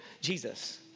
Jesus